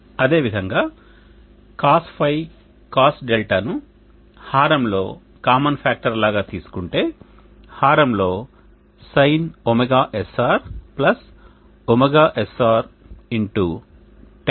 అదే విధంగా Cosϕ Cos 𝛿 ను హారం లో కామన్ ఫాక్టర్ లాగ తీసుకుంటే హారంలో Sin ωsr ωsr Tan ϕ Tan 𝛿